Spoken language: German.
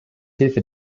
hilfe